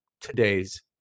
today's